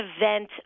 event